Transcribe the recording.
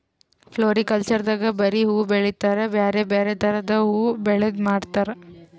floriculture ದಾಗ್ ಬರಿ ಹೂವಾ ಬೆಳಿತಾರ್ ಬ್ಯಾರೆ ಬ್ಯಾರೆ ಥರದ್ ಹೂವಾ ಬೆಳದ್ ಮಾರ್ತಾರ್